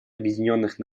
объединенных